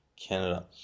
Canada